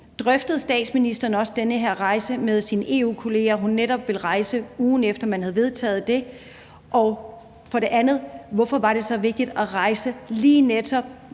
Drøftede statsministeren også den her rejse med sine EU-kolleger, altså at hun netop ville rejse, ugen efter man havde vedtaget det? Og for det andet: Hvorfor var det så vigtigt at rejse lige netop